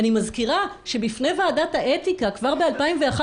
אני מזכירה שבפני ועדת האתיקה כבר ב-2011,